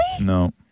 No